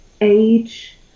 age